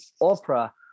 opera